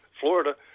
Florida